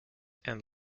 and